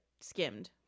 skimmed